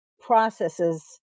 processes